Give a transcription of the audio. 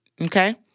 Okay